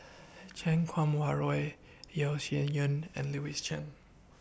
Chan Kum Wah Roy Yeo Shih Yun and Louis Chen